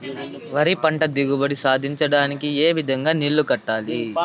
వరి పంట దిగుబడి సాధించడానికి, ఏ విధంగా నీళ్లు కట్టాలి?